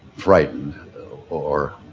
frightened or